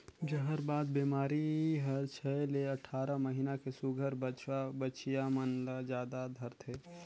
जहरबाद बेमारी हर छै ले अठारह महीना के सुग्घर बछवा बछिया मन ल जादा धरथे